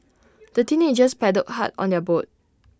the teenagers paddled hard on their boat